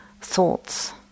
thoughts